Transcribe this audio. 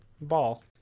ball